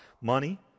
Money